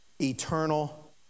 Eternal